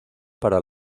para